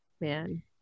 man